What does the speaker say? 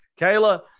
Kayla